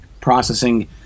processing